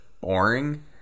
boring